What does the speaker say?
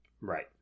Right